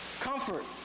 Comfort